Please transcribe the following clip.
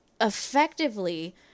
effectively